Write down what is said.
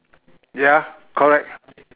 yup correct